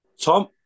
Tom